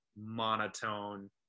monotone